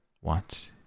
What